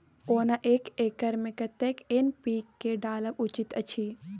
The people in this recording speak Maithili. ओना एक एकर मे कतेक एन.पी.के डालब उचित अछि?